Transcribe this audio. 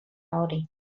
hori